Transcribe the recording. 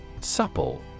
Supple